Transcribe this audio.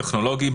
טכנולוגי,